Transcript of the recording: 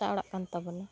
ᱦᱟᱥᱟ ᱚᱲᱟᱜ ᱠᱟᱱ ᱛᱟᱵᱚᱱᱟ